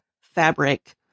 fabric